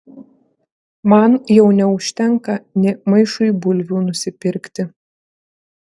man jau neužtenka nė maišui bulvių nusipirkti